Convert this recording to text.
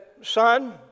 Son